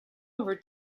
over